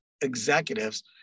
executives